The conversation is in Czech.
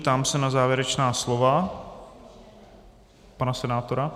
Ptám se na závěrečná slova pana senátora?